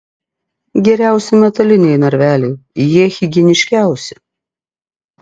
geriausi metaliniai narveliai jie higieniškiausi